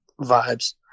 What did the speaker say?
vibes